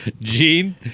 Gene